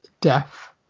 death